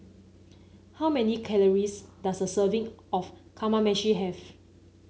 how many calories does a serving of Kamameshi have